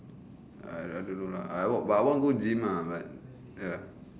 uh I I don't know lah but I want go gym ah but ya